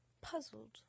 puzzled